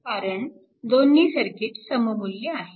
कारण दोन्ही सर्किट सममुल्य आहेत